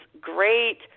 great